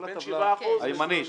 בין 7% ל-22%.